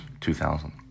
2000